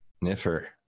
Niffer